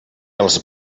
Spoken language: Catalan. els